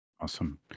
Awesome